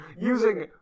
Using